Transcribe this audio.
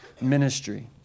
ministry